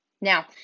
Now